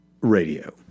Radio